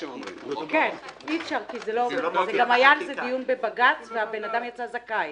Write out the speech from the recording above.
היה על זה גם דיון בבג"ץ והאדם יצא זכאי.